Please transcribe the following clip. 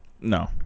No